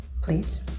please